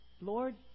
Lord